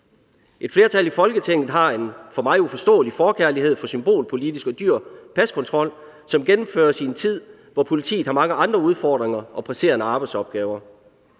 Et flertal i Folketinget har en for mig uforståelig forkærlighed for symbolpolitisk og dyr paskontrol, som gennemføres i en tid, hvor politiet har mange andre udfordringer og presserende arbejdsopgaver.